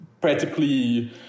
practically